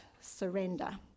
surrender